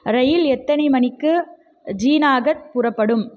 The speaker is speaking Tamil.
ரயில் எத்தனை மணிக்கு ஜூனாகத் புறப்படும்